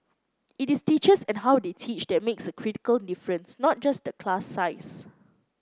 it is teachers and how they teach that makes a critical difference not just the class size